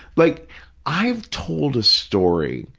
like i've told a story,